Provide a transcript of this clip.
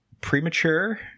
premature